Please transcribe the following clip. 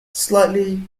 slightly